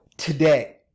Today